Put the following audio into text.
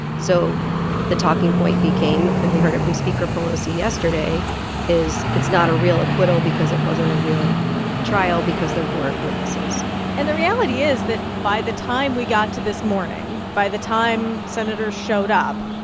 so the talking point became and we heard it from speaker pelosi yesterday is it's not a real acquittal because it wasn't a real trial because there weren't witnesses and the reality is that by the time we got to this morning, by the time senators showed up,